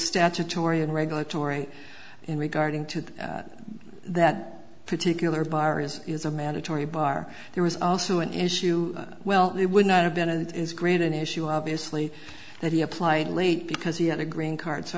statutory and regulatory in regarding to that particular virus is a mandatory bar there was also an issue well it would not have been it is granted an issue obviously that he applied late because he had a green card so